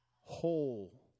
whole